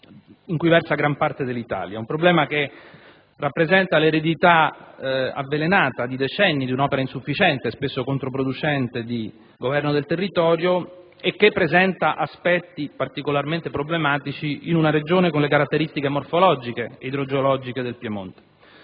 in cui versa gran parte dell'Italia, un problema che rappresenta l'eredità avvelenata di decenni di insufficiente e spesso controproducente governo del territorio, che presenta aspetti particolarmente problematici in una Regione con caratteristiche morfologiche ed idrogeologiche come